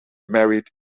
married